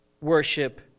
worship